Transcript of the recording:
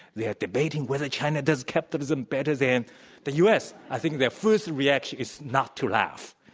they're debating whether china does capitalism better than the u. s. i think their first reaction is not to laugh.